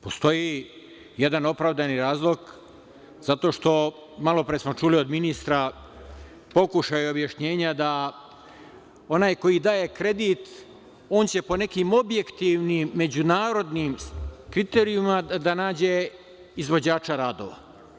Postoji jedan opravdan razlog zato što, malopre smo čuli od ministra, pokušaj objašnjenja da onaj koji daje kredit, on će, po nekim objektivnim međunarodnim kriterijumima, da nađe izvođača radova.